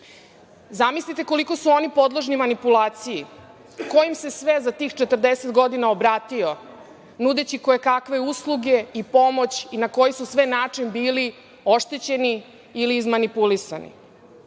istinu. Zamislite koliko su oni podložni manipulaciji, ko im se sve za tih 40 godina obratio nudeći kojekakve usluge i pomoć i na koji su sve način bili oštećeni ili izmanipulisani.